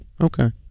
Okay